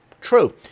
true